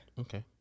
okay